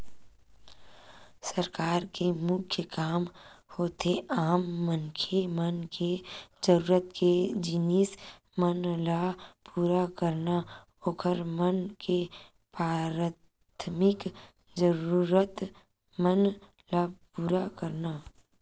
सरकार के मुख्य काम होथे आम मनखे मन के जरुरत के जिनिस मन ल पुरा करना, ओखर मन के पराथमिक जरुरत मन ल पुरा करना